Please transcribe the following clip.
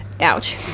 Ouch